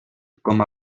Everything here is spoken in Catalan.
com